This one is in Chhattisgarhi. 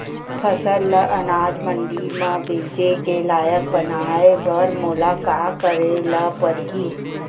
फसल ल अनाज मंडी म बेचे के लायक बनाय बर मोला का करे ल परही?